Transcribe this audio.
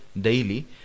daily